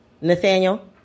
Nathaniel